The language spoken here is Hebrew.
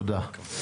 תודה.